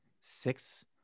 Six